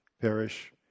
perish